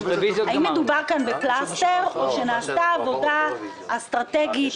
האם מדובר כאן בפלסטר או שנעשתה עבודה אסטרטגית